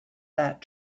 that